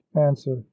answer